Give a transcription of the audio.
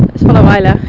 follow isla.